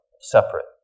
separate